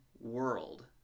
world